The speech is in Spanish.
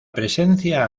presencia